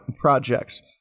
projects